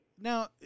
Now